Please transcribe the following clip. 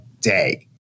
day